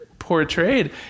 portrayed